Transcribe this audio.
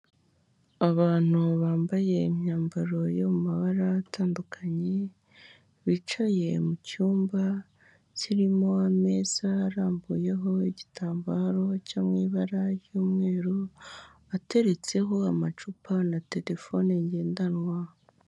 Abantu bambaye imyambaro yo mu mabara atandukanye, bicaye mu cyumba kirimo ameza arambuyeho igitambaro cyo mu ibara ry'umweru, ateretseho amacupa na terefone ngendanwa.